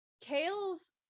Kale's